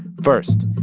first,